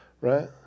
right